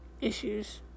issues